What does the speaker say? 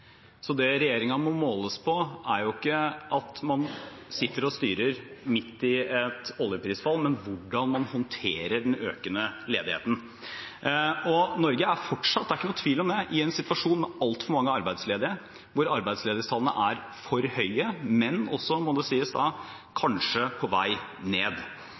Så det regjeringen må måles på, er jo ikke at man sitter og styrer midt i et oljeprisfall, men hvordan man håndterer den økende ledigheten. Norge er fortsatt – det er ingen tvil om det – i en situasjon med altfor mange arbeidsledige, hvor arbeidsledighetstallene er for høye, men også, må det sies da, kanskje på vei ned.